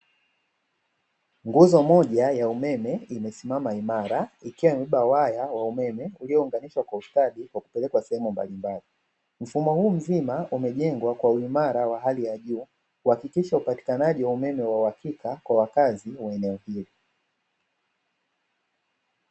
Nguzo moja ya umeme imesimama imara, ikiwa imebeba waya wa umeme iliyounganishwa kwa ustadi na kupelekwa sehemu mbalimbali, mfumo huu mzima umejengwa kwa uimara wa hali ya juu, kuhakikisha upatikanaji wa umeme wa uhakika kwa wakazi wa eneo hilo.